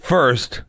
First